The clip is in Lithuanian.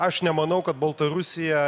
aš nemanau kad baltarusija